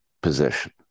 position